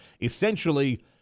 essentially